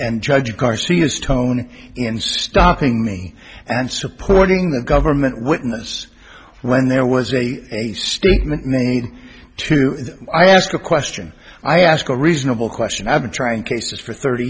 and judge garcia's tone in stopping me and supporting the government witness when there was a a statement made to i ask a question i ask a reasonable question i've been trying cases for thirty